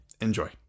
Enjoy